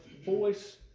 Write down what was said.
voice